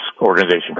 organization